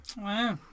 Wow